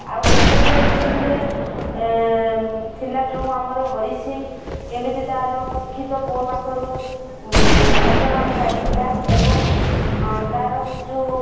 ଆଉ ପେଟେଣ୍ଟ ମେଡ଼ିସିନ୍ରେ ଥିଲା ଯୋଉ ଆମର ହରି ସିଂ କେମିତି ତାର ଶିକ୍ଷିତ ପୁଅ ପାଖରୁ ଅପମାନ ପାଇଥିଲା ଏବଂ ତା'ର ହଉଛୁ